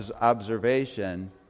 observation